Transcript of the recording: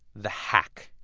the hack